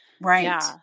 Right